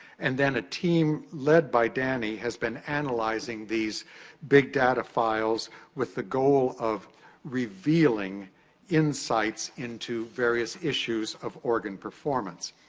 and then, a team lead by danny has been analyzing these big data files with the goal of revealing insights into various issues of organ performance.